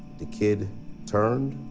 the kid turned,